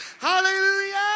Hallelujah